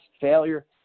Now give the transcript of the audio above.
failure